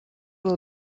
will